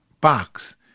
box